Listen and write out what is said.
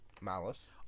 Malice